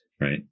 right